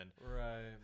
Right